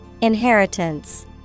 Inheritance